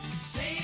Save